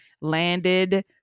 landed